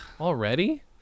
Already